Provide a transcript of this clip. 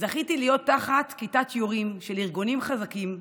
זכיתי להיות תחת כיתת יורים של ארגונים חזקים.